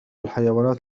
الحيوانات